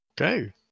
Okay